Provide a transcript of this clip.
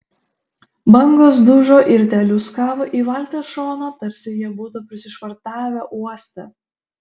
bangos dužo ir teliūskavo į valties šoną tarsi jie būtų prisišvartavę uoste